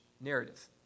narrative